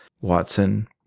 Watson